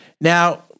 Now